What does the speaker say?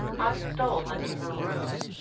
i stole into her room.